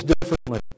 differently